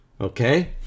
Okay